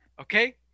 okay